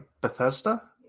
Bethesda